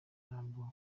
ntabwo